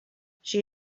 she